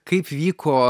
kaip vyko